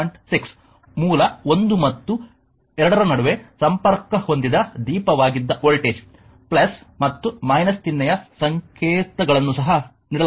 6 ಮೂಲ 1 ಮತ್ತು 2 ರ ನಡುವೆ ಸಂಪರ್ಕ ಹೊಂದಿದ ದೀಪವಾಗಿದ್ದ ವೋಲ್ಟೇಜ್ ಮತ್ತು ಚಿಹ್ನೆಯ ಸಂಕೇತಗಳನ್ನು ಸಹ ನೀಡಲಾಗುತ್ತದೆ